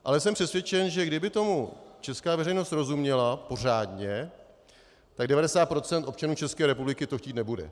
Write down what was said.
Ale jsem přesvědčen, že kdyby tomu česká veřejnost rozuměla, pořádně, tak 90 % občanů České republiky to chtít nebude.